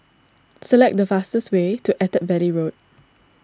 select the fastest way to Attap Valley Road